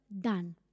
done